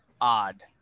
odd